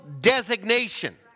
designation